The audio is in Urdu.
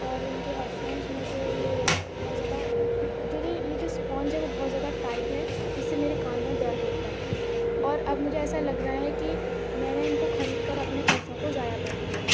اور ان کے ہیڈ فونس میں جو یہ بہت زیادہ جو جو یہ جو اسپونج ہے وہ بہت زیادہ ٹائٹ ہے جس سے میرے کان میں درد ہوتا ہے اور اب مجھے ایسا لگ رہا ہے کہ میں نے ان کو خرید کر اپنے پیسوں کو ضائع کردیا ہے